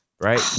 Right